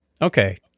okay